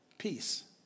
peace